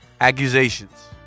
Accusations